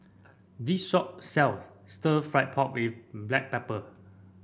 this shop sells stir fry pork with Black Pepper